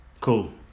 Cool